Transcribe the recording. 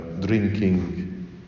drinking